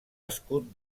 escut